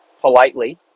politely